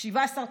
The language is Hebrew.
17,